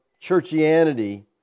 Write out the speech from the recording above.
churchianity